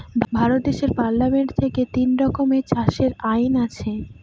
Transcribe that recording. ভারত দেশের পার্লামেন্ট থেকে তিন রকমের চাষের আইন আছে